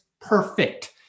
perfect